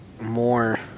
more